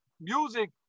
music